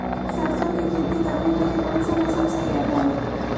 सरसों की खेती करने के लिए कौनसा मौसम सही रहता है?